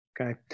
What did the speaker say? Okay